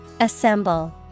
Assemble